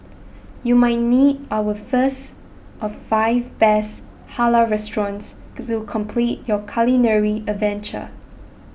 you might need our first of five best Halal restaurants to complete your culinary adventure